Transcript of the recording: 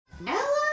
Ella